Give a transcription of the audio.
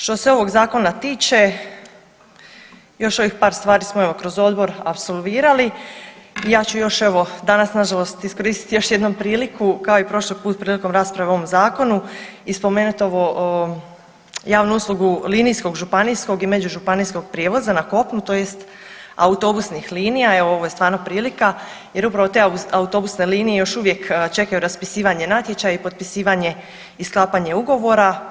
Što se ovog zakona tiče još ovih par stvari smo evo kroz odbor apsolvirali i ja ću još evo danas nažalost iskoristiti još jednom priliku kao i prošli put prilikom rasprave o ovom zakonu i spomenut ovo javnu uslugu linijskog županijskog i međužupanijskog prijevoza na kopnu tj. autobusnih linija evo ovo je stvarno prilika jer upravo te autobusne linije još uvijek čekaju raspisivanje natječaja i potpisivanje i sklapanje ugovora.